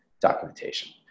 documentation